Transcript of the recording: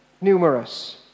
numerous